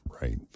Right